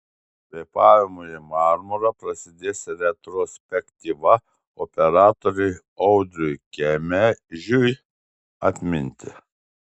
kvėpavimu į marmurą prasidės retrospektyva operatoriui audriui kemežiui atminti